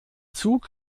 zug